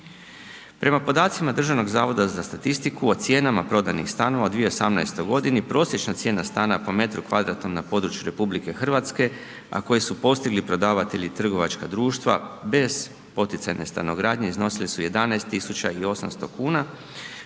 Prema podacima Državnog zavoda za statistiku o cijenama prodanih stanova u 2018. godini prosječna cijena stana po metru kvadratnom na području RH, a koji su postigli prodavatelji trgovačka društva bez poticajne stanogradnje iznosile su 11 800 kuna,